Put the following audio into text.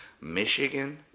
Michigan